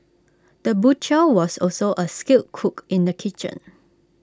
the butcher was also A skilled cook in the kitchen